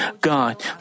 God